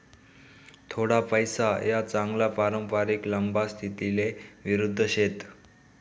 थोडा पैसा या चांगला पारंपरिक लंबा स्थितीले विरुध्द शेत